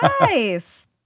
Nice